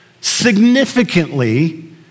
significantly